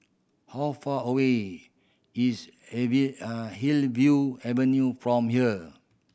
how far away is Hillview Avenue from here